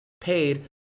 paid